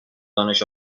دانش